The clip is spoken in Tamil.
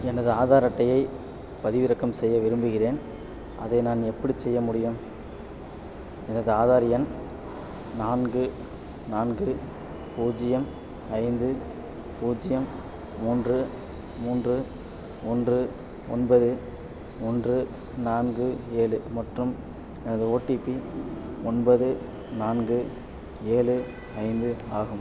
எனது ஆதார் அட்டையை பதிவிறக்கம் செய்ய விரும்புகிறேன் அதை நான் எப்படிச் செய்ய முடியும் எனது ஆதார் எண் நான்கு நான்கு பூஜ்ஜியம் ஐந்து பூஜ்ஜியம் மூன்று மூன்று ஒன்று ஒன்பது ஒன்று நான்கு ஏழு மற்றும் எனது ஓடிபி ஒன்பது நான்கு ஏழு ஐந்து ஆகும்